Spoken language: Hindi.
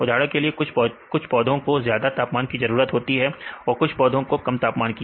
उदाहरण के लिए कुछ पौधों को ज्यादा तापमान की जरूरत होती है और कुछ पौधों को कम तापमान की